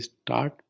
start